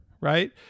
right